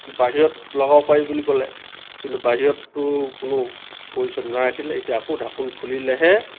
বাহিৰত লগাব পাৰি বুলি ক'লে কিন্তু বাহিৰতটো কোনো পজিচন নাৰাখিলে এতিয়া আকৌ ঢাকোন খুলিলেহে